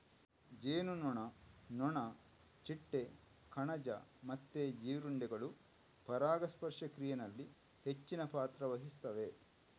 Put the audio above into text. ಜೇನುನೊಣ, ನೊಣ, ಚಿಟ್ಟೆ, ಕಣಜ ಮತ್ತೆ ಜೀರುಂಡೆಗಳು ಪರಾಗಸ್ಪರ್ಶ ಕ್ರಿಯೆನಲ್ಲಿ ಹೆಚ್ಚಿನ ಪಾತ್ರ ವಹಿಸ್ತವೆ